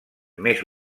més